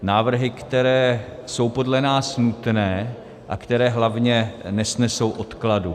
Návrhy, které jsou podle nás nutné a které hlavně nesnesou odkladu.